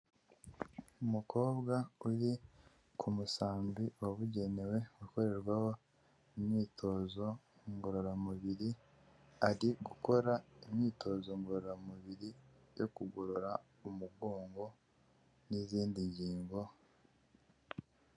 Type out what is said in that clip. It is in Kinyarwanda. Umukobwa uri ku musambi wabugenewe gukorerwaho imyitozo ngororamubiri, ari gukora imyitozo ngororamubiri yo kugorora umugongo n'izindi ngingo.